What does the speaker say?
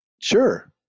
sure